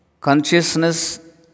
consciousness